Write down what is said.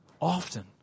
Often